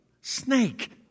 snake